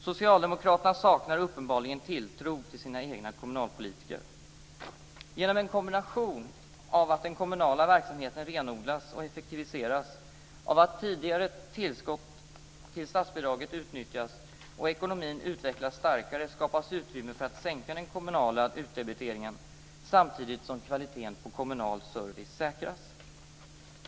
Socialdemokraterna saknar uppenbarligen tilltro till sina egna kommunalpolitiker. Genom en kombination av att den kommunala verksamheten renodlas och effektiviseras, av att tidigare tillskott till statsbidraget utnyttjas och av att ekonomin utvecklas starkare skapas utrymme för att sänka den kommunala utdebiteringen samtidigt som kvaliteten på kommunal service säkras.